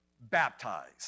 baptized